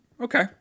okay